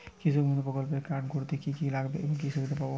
কৃষক বন্ধু প্রকল্প কার্ড করতে কি কি লাগবে ও কি সুবিধা পাব?